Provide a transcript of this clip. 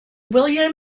william